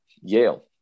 Yale